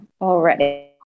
already